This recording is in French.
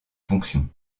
fonctions